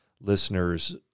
listeners